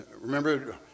remember